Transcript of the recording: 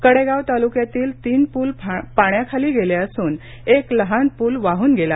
कडेगांव तालुक्यातील तीन पूल पाण्याखाली गेले असून एक लहान पूल वाहन गेला